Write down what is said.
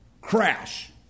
crash